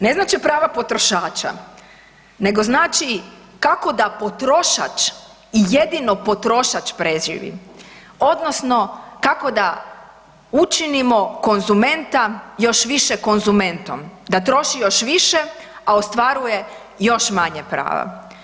Ne znače prava potrošača nego znači kako da potrošač i jedino potrošač preživi odnosno kako da učinimo konzumenta još više konzumentom, da troši još više, a ostvaruje još manje prava.